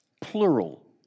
plural